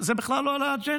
זה בכלל לא על האג'נדה.